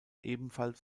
ebenfalls